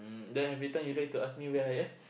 then every time you like to ask me where I am